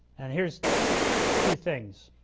and here's two things.